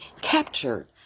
captured